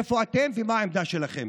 איפה אתם ומה העמדה שלכם?